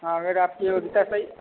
हाँ अगर आपकी योगता सही